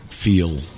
feel